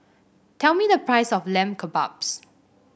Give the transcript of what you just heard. tell me the price of Lamb Kebabs